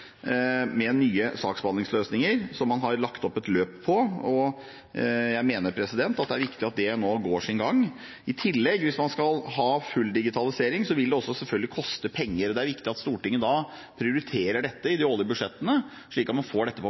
med nye saksbehandlingsløsninger som man har lagt opp et løp for. Jeg mener det er viktig at det går sin gang. I tillegg, hvis man skal ha full digitalisering, vil det selvfølgelig også koste penger. Det er viktig at Stortinget prioriterer dette i de årlige budsjettene, slik at man får dette på